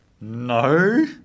No